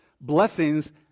blessings